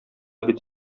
бит